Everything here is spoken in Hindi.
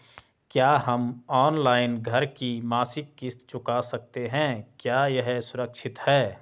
क्या हम ऑनलाइन घर की मासिक किश्त चुका सकते हैं क्या यह सुरक्षित है?